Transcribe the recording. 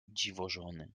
dziwożony